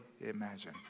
imagine